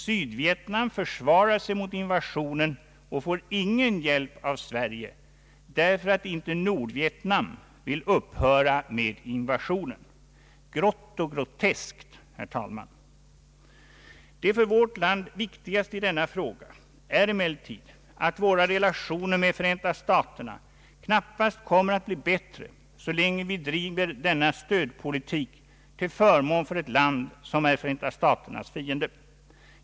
Sydvietnam försvarar sig mot invasionen och får ingen hjälp av Sverige, därför att inte Nordvietnam vill upphöra med invasionen. Grosso grottesco! herr talman. Det för vårt land viktigaste i denna fråga är emellertid att våra relationer med Förenta staterna knappast kommer att bli bättre så länge vi driver denna stödpolitik till förmån för ett land som är Förenta staternas fiende.